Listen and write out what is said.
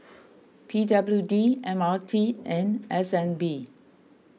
P W D M R T and S N B